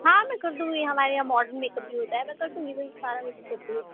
ہاں میں کر دوں گی ہمارے یہاں ماڈن میکپ بھی ہوتا ہے میں کر دوں گی سارا میکپ کمپلیٹ